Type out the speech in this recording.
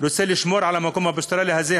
רוצה לשמור על המקום הפסטורלי הזה,